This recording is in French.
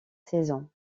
saison